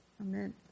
Amen